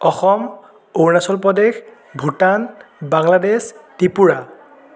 Assam Arunachal Pradesh Bhutan Bangladesh Tripura